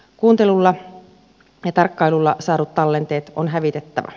kuuntelulla ja tarkkailulla saadut tallenteet on hävitettävä